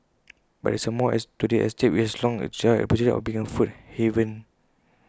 but there is more to this estate which has long enjoyed A reputation of being A food haven